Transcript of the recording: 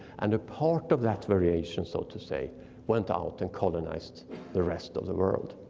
and a part of that variation so to say went out and colonized the rest of the world.